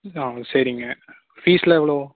ஆ சரிங்க ஃபீஸ்லாம் எவ்வளோ